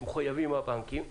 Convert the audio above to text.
שמחויבים הבנקים,